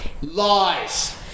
Lies